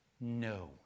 No